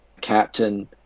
captain